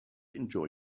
enjoy